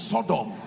Sodom